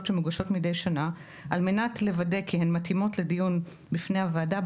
שמוגשות מדי שנה על מנת לוודא כי הן מתאימות לדיון בפני הוועדה,